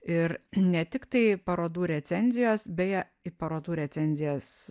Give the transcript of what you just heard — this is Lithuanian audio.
ir ne tiktai parodų recenzijos beje į parodų recenzijas